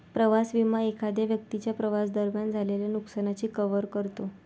प्रवास विमा एखाद्या व्यक्तीच्या प्रवासादरम्यान झालेल्या नुकसानाची कव्हर करतो